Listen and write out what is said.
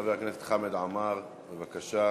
חבר הכנסת חמד עמאר, בבקשה.